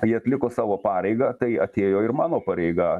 jie atliko savo pareigą tai atėjo ir mano pareiga